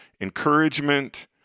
encouragement